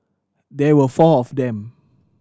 there were four of them